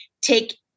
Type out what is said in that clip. Take